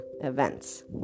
events